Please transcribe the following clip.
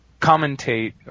commentate